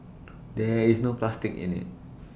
there is no plastic in IT